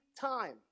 time